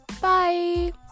Bye